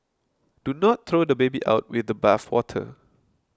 do not throw the baby out with the bathwater